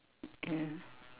ya